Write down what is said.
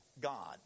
God